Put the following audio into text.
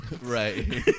Right